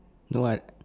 no [what]